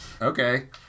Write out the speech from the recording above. Okay